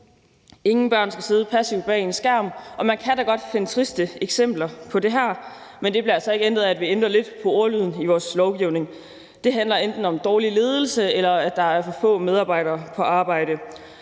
Ingen børn skal sidde passivt bag en skærm, og man kan da godt finde triste eksempler på det her, men det bliver altså ikke ændret af, at vi ændrer lidt på ordlyden i vores lovgivning. Det handler enten om dårlig ledelse eller om, at der er for få medarbejdere på arbejde.